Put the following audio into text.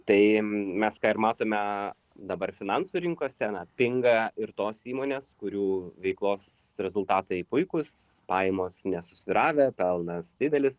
tai mes ką ir matome dabar finansų rinkose na pinga ir tos įmonės kurių veiklos rezultatai puikūs pajamos nesusvyravę pelnas didelis